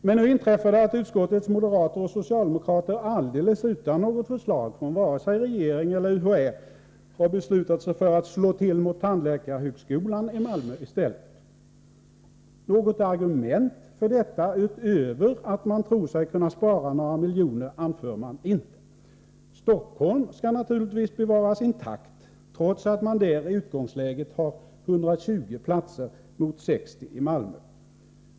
Men nu inträffar det att utskottets moderater och socialdemokrater alldeles utan något förslag från vare sig regering eller UHÄ har beslutat sig för att slå till mot tandläkarhögskolan i Malmö i stället. Något argument för detta, utöver att man tror sig kunna spara några miljoner, anför man inte. Stockholm skall naturligtvis bevaras intakt, trots att man där i utgångsläget har 120 platser mot 60 i Malmö.